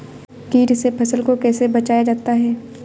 कीट से फसल को कैसे बचाया जाता हैं?